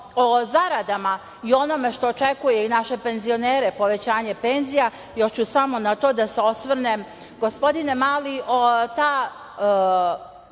o zaradama i onome što očekuje i naše penzionere, povećanje penzija, još ću samo na to da se osvrnem, gospodine Mali, ta